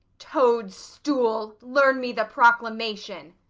toadstool, learn me the proclamation.